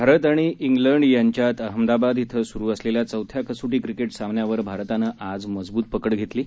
भारत आणि क्लिंड यांच्यात अहमदाबाद येथे सुरू असलेल्या चौथ्या कसोटी क्रिकेट सामन्यावर भारतानं आज मजबूत पकड घेतली आहे